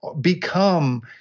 become